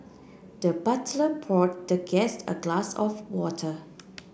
the butler poured the guest a glass of water